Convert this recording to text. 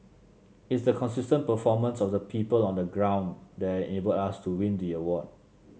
it's the consistent performance of the people on the ground that enabled us to win the award